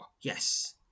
Yes